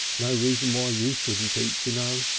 no reason why you shouldn't eat, you know.